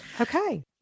Okay